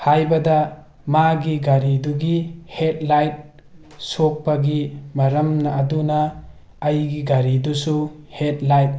ꯍꯥꯏꯕꯗ ꯃꯥꯒꯤ ꯒꯥꯔꯤꯗꯨꯒꯤ ꯍꯦꯠ ꯂꯥꯏꯠ ꯁꯣꯛꯄꯒꯤ ꯃꯔꯝ ꯑꯗꯨꯅ ꯑꯩꯒꯤ ꯒꯥꯔꯤꯗꯨꯁꯨ ꯍꯦꯠ ꯂꯥꯏꯠ